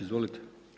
Izvolite.